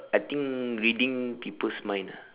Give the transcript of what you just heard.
I think reading people's mind ah